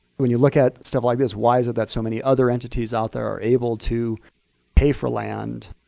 when you look at stuff like this, why is it that so many other entities out there are able to pay for land,